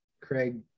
Craig